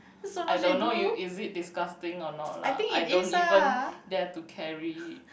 I don't know is is it disgusting a lot lah I don't even dare to carry